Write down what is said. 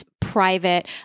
private